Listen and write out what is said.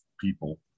people